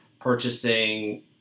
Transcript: purchasing